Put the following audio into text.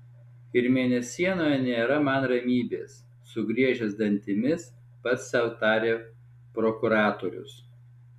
ir mėnesienoje nėra man ramybės sugriežęs dantimis pats sau tarė prokuratorius